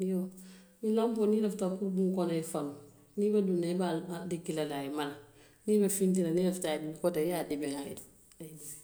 Iyoo ñiŋ lanpoo niŋ lafita puru buŋo ye fanu, niŋ i be duŋ na, i be a diki la le a ye mala, niŋ i be funti la niŋ i lafita a ye a ye dibi koteŋ i ye a dibeŋ a ye dibeŋ.